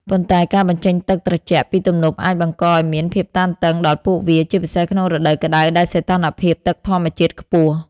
ប៉ុន្តែការបញ្ចេញទឹកត្រជាក់ពីទំនប់អាចបង្កឱ្យមានភាពតានតឹងដល់ពួកវា ជាពិសេសក្នុងរដូវក្តៅដែលសីតុណ្ហភាពទឹកធម្មជាតិខ្ពស់។